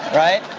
right?